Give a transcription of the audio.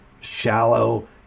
shallow